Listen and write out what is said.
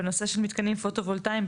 בנושא של מתקנים פוטו וולטאיים,